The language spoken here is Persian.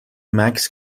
مکث